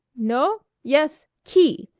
no-o? yes key!